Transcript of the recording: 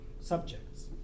subjects